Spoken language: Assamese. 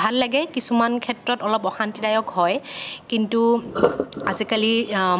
ভাল লাগে কিছুমান ক্ষেত্ৰত অলপ অশান্তিদায়ক হয় কিন্তু আজিকালি